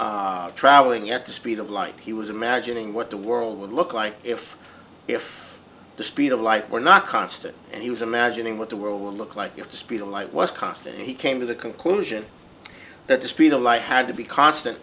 being traveling at the speed of light he was imagining what the world would look like if if the speed of light were not constant and he was imagining what the world would look like if the speed of light was constant he came to the conclusion that the speed of light had to be constant